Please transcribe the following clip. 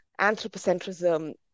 anthropocentrism